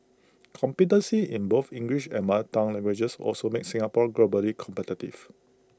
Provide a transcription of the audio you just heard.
competency in both English and mother tongue languages also makes Singapore globally competitive